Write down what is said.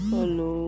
Hello